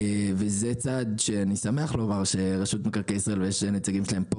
זה צעד שאני שמח לומר שרשות מקרקעי ישראל ויש נציגים שלה פה,